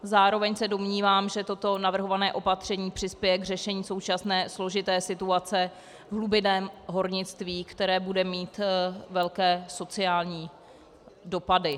Zároveň se domnívám, že toto navrhované opatření přispěje k řešení současné složité situace v hlubinném hornictví, které bude mít velké sociální dopady.